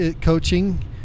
coaching